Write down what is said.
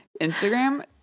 Instagram